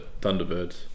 Thunderbirds